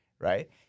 Right